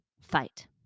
fight